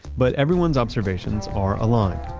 but everyone's observations are aligned,